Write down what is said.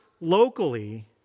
locally